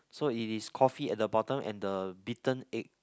so it is coffee at the bottom and the beaten egg